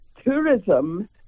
tourism